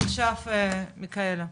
עכשיו מיכאלה.